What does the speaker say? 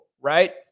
right